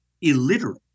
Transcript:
illiterate